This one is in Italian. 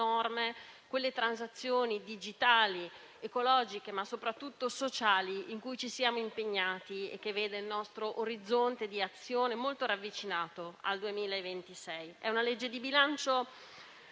quelle transazioni digitali, ecologiche, ma soprattutto sociali in cui ci siamo impegnati e che vede il nostro orizzonte di azione molto ravvicinato, al 2026. È un disegno di legge di bilancio